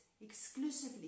exclusively